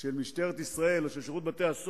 של משטרת ישראל, או של שירות בתי-הסוהר,